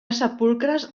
sepulcres